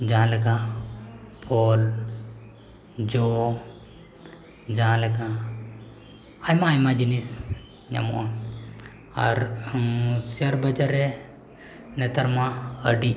ᱡᱟᱦᱟᱸᱞᱮᱠᱟ ᱯᱷᱚᱞ ᱡᱚ ᱡᱟᱦᱟᱸᱞᱮᱠᱟ ᱟᱭᱢᱟᱼᱟᱭᱢᱟ ᱡᱤᱱᱤᱥ ᱧᱟᱢᱚᱜᱼᱟ ᱟᱨ ᱥᱮᱭᱟᱨ ᱵᱟᱡᱟᱨ ᱨᱮ ᱱᱮᱛᱟᱨ ᱢᱟ ᱟᱹᱰᱤ